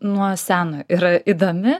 nuo seno yra įdomi